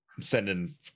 sending